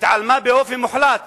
התעלמה באופן מוחלט